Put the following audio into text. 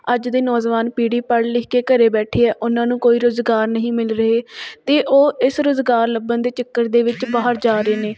ਅੱਜ ਦੇ ਨੌਜਵਾਨ ਪੀੜ੍ਹੀ ਪੜ੍ਹ ਲਿਖ ਕੇ ਘਰ ਬੈਠੇ ਹੈ ਉਹਨਾਂ ਨੂੰ ਕੋਈ ਰੁਜ਼ਗਾਰ ਨਹੀਂ ਮਿਲ ਰਹੇ ਅਤੇ ਉਹ ਇਸ ਰੁਜ਼ਗਾਰ ਲੱਭਣ ਦੇ ਚੱਕਰ ਦੇ ਵਿੱਚ ਬਾਹਰ ਜਾ ਰਹੇ ਨੇ